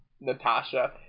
Natasha